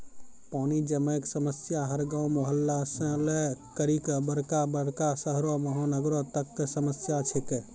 पानी जमै कॅ समस्या हर गांव, मुहल्ला सॅ लै करिकॅ बड़का बड़का शहरो महानगरों तक कॅ समस्या छै के